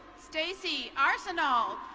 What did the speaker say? stacy arsenol.